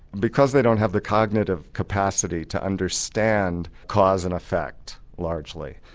because they don't have the cognitive capacity to understand cause and effect largely,